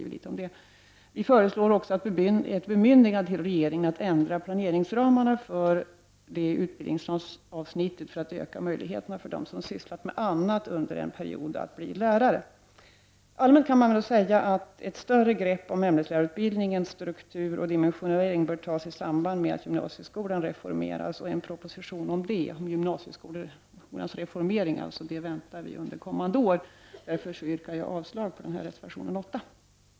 Vi föreslår också ett bemyndigande till regeringen att ändra planeringsramarna för det utbildningsavsnittet för att öka möjligheterna för dem som sysslat med annat under en period att bli lärare. Allmänt kan man nog säga att ett större grepp om ämneslärarutbildningens struktur och dimensionering bör tas i samband med att gymnasieskolan reformeras. En proposition om gymnasieskolans reformering väntas under kommande år. Därför yrkar jag avslag på reservation nr 8.